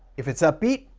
if it's upbeat,